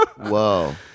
Whoa